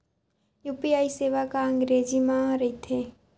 UPI सेवा का अंग्रेजी मा रहीथे?